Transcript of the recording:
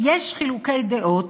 יש חילוקי דעות